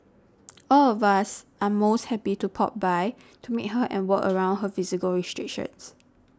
all of us are most happy to pop by to meet her and work around her physical restrictions